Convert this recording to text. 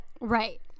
Right